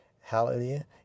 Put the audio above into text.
Hallelujah